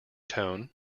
tone